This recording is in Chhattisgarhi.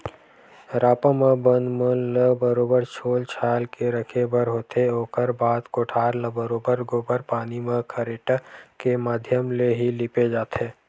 रापा म बन मन ल बरोबर छोल छाल के रखे बर होथे, ओखर बाद कोठार ल बरोबर गोबर पानी म खरेटा के माधियम ले ही लिपे जाथे